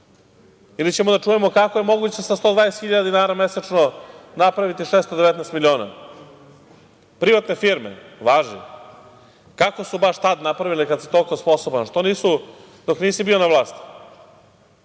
ili ćemo da čujemo kako je moguće sa 120 hiljada dinara mesečno napraviti 619 miliona. Privatne firme? Važi. Kako su baš tad napravili kad su toliko sposobni? Što nisu dok nisu bili na vlasti,